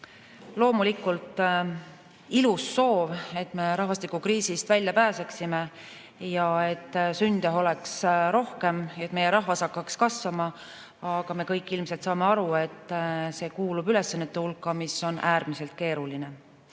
loomulikult ilus soov, et me rahvastikukriisist välja pääseksime ja et sünde oleks rohkem, et meie rahvastik hakkaks kasvama. Aga me kõik ilmselt saame aru, et see kuulub ülesannete hulka, mis on äärmiselt keeruline.